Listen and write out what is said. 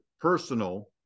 personal